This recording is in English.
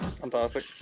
fantastic